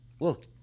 look